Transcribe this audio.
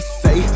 say